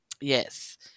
Yes